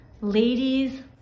Ladies